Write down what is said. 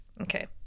Okay